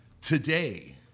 today